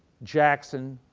jackson,